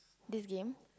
this game